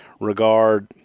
regard